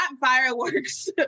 fireworks